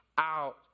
out